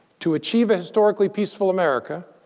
to achieve a historically peaceful america,